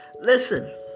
listen